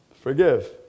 Forgive